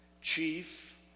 chief